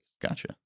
Gotcha